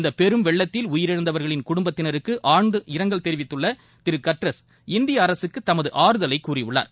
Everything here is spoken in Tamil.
இந்தபெரும் வெள்ளத்தில் உயிரிழந்தவர்களின் குடும்பத்தினருக்குஆழ்ந்த இரங்கல் தெரிவித்துள்ளதிருகட்டரஸ் இந்திய அரசுக்குதமது ஆறுதலைகூறியுள்ளார்